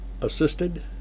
assisted